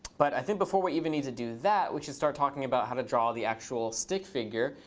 but i think before we even need to do that, we should start talking about how to draw the actual stick figure,